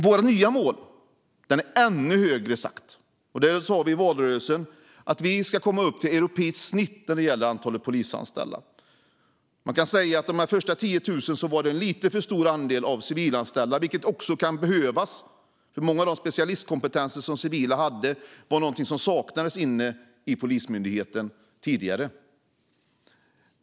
Våra nya mål är ännu högre satta. Vi sa i valrörelsen att vi ska komma upp till det europeiska genomsnittet när det gäller antalet polisanställda. Bland de första 10 000 var det en lite för stor andel civilanställda, som dock behövdes då många av deras specialistkompetenser saknades inom Polismyndigheten sedan tidigare.